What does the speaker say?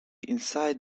inside